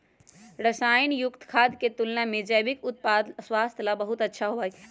रसायन युक्त खाद्य के तुलना में जैविक उत्पाद स्वास्थ्य ला बहुत अच्छा होबा हई